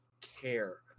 care